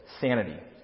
sanity